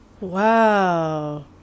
Wow